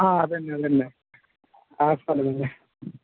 ആ അത് തന്നെ അതുതന്നെ ആ സ്ഥലം തന്നെ